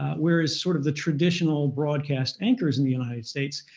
whereas sort of the traditional broadcast anchors in the united states,